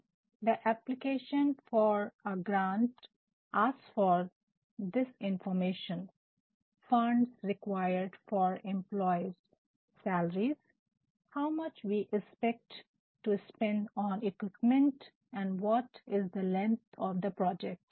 "the application for a grant ask for this information funds required for employee salaries how much we expect to spend on equipment and what is the length of the project" "अनुदान के लिए आवेदन कुछ सूचना चाहता है कर्मचारियों के वेतन के लिए आवश्यक पूंजी